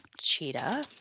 Cheetah